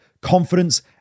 confidence